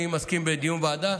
אני מסכים לדיון ועדה,